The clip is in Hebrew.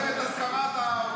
הורדתם את הסכמת האוצר.